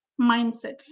mindset